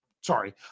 Sorry